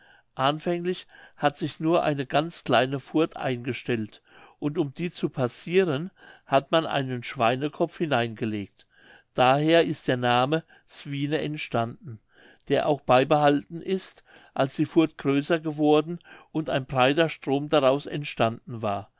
anfänglich hat sich nur eine ganz kleine furth eingestellt und um die zu passiren hat man einen schweinekopf hineingelegt daher ist der name swine entstanden der auch beibehalten ist als die furth größer geworden und ein breiter strom daraus entstanden war